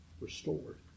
restored